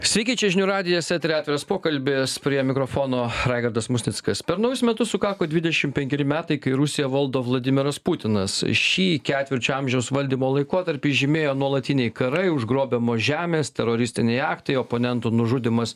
sveiki čia žinių radijas eteryje atviras pokalbis prie mikrofono raigardas musnickas per naujus metus sukako dvidešim penkeri metai kai rusiją valdo vladimiras putinas šį ketvirčio amžiaus valdymo laikotarpį žymėjo nuolatiniai karai užgrobiamos žemės teroristiniai aktai oponentų nužudymas